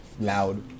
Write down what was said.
loud